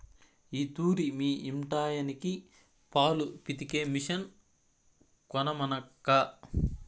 ఈ తూరి మీ ఇంటాయనకి పాలు పితికే మిషన్ కొనమనక్కా